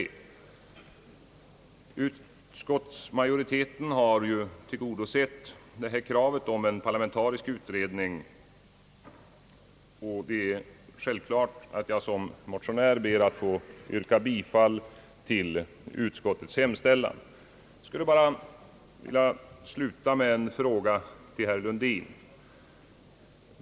Utskottsmajoriteten har tillgodosett kravet på en parlamentarisk utredning, och det är självklart att jag som motionär ber att få yrka bifall till utskottets hemställan. Jag skulle bara vilja sluta med en fråga till herr Lundin.